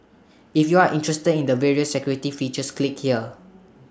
if you're interested in the various security features click here